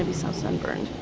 and so sunburned.